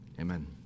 Amen